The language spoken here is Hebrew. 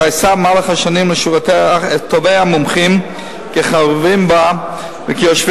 גייסה במהלך השנים לשורותיה את טובי המומחים כחברים בה וכיושבי-ראש,